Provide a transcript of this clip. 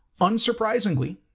unsurprisingly